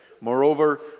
Moreover